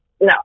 No